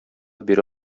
бирә